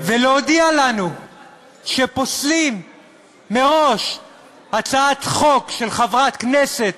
להודיע לנו שפוסלים מראש הצעת חוק של חברת כנסת,